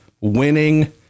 winning